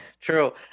True